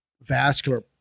vascular